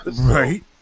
Right